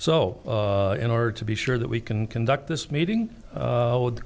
so in order to be sure that we can conduct this meeting with the